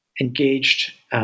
engaged